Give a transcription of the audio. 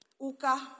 uka